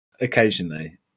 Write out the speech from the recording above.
occasionally